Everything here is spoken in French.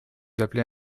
appelez